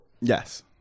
Yes